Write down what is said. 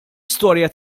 storja